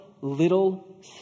little